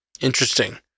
Interesting